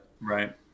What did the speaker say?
Right